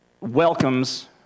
welcomes